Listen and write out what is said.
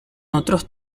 otros